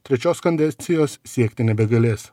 trečios kadencijos siekti nebegalės